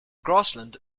grassland